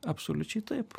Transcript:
absoliučiai taip